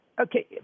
okay